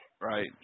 Right